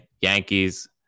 Yankees